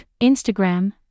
Instagram